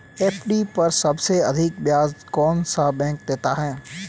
FD पर सबसे अधिक ब्याज कौन सा बैंक देता है?